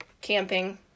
camping